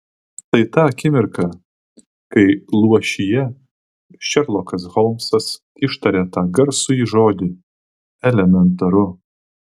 tai ta akimirka kai luošyje šerlokas holmsas ištaria tą garsųjį žodį elementaru